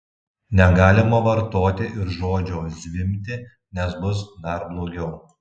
negalima vartoti ir žodžio zvimbti nes bus dar blogiau